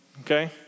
okay